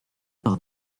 par